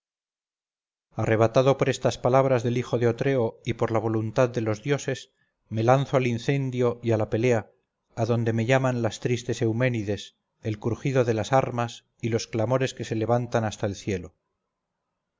arrebatado por estas palabras del hijo de otreo y por la voluntad de los dioses me lanzo al incendio y a la pelea adonde me llaman las tristes euménides el crujido de las armas y los clamores que se levantan hasta el cielo